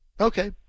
Okay